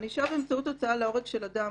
ענישה באמצעות הוצאה להורג של אדם,